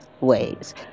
ways